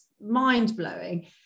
mind-blowing